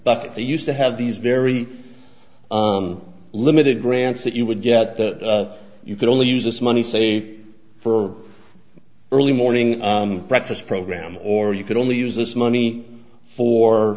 bucket they used to have these very limited grants that you would get that you could only use this money say for early morning breakfast program or you could only use this money for